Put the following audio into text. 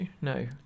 No